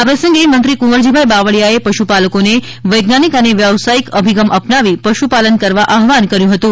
આ પ્રસંગે મંત્રી કુંવરજી બાવળીયાએ પશુપાલકોને વૈજ્ઞાનિક અને વ્યવસાયિક અભિગમ અપનાવી પશુપાલન કરવા આહ્વાન કર્યું હતું